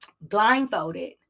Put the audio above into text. blindfolded